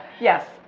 Yes